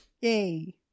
yay